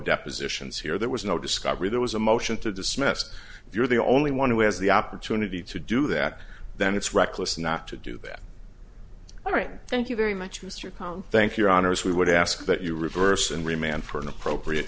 depositions here there was no discovery there was a motion to dismiss you're the only one who has the opportunity to do that then it's reckless not to do that all right thank you very much mr pound thank your honour's we would ask that you reverse and remand for an appropriate